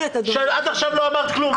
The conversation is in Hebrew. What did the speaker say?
עד עכשיו לא אמרת כלום.